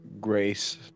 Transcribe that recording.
Grace